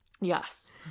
yes